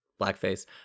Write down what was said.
blackface